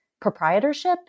proprietorship